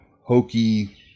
hokey